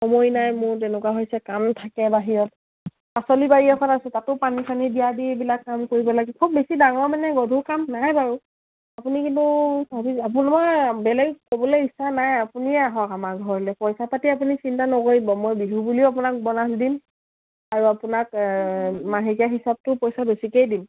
সময় নাই মোৰ তেনেকুৱা হৈছে কাম থাকে বাহিৰত পাচলি বাৰি এখন আছে তাতো পানী চানী দিয়া দি এইবিলাক কাম কৰিব লাগে খুব বেছি ডাঙৰ মানে গধুৰ কাম নাই বাৰু আপুনি কিন্তু ভাবি আপোন মই বেলেগ ক'বলে ইচ্ছা নাই আপুনিয়ে আহক আমাৰ ঘৰলে পইচা পাতি আপুনি চিন্তা নকৰিব মই বিহু বুলিও আপোনাক ব'নাছ দিম আৰু আপোনাক মাহেকীয়া হিচাপটো পইচা বেছিকেই দিম